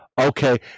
Okay